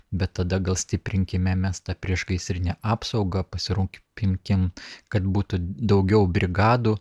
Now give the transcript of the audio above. bet tada gal stiprinkime mes tą priešgaisrinę apsaugą pasirūpinkim kad būtų daugiau brigadų